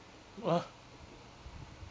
!wah!